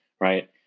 Right